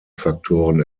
faktoren